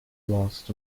lost